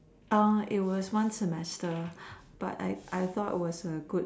it was one semester but I I thought it was a good